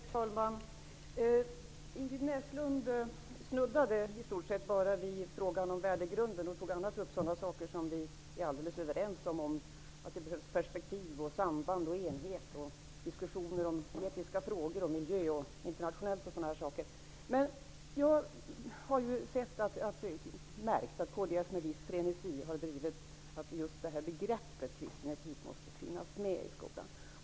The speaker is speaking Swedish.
Herr talman! Ingrid Näslund snuddade i stort sett bara vid frågan om värdegrunden och tog annars upp sådana saker som vi är alldeles överens om; att det behövs perspektiv, samband, enhet, diskussioner om etiska frågor, miljö, internationella frågor, m.m. Men jag har märkt att kds med viss frenesi har drivit att just begreppet kristen etik måste finnas med i skolan.